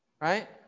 Right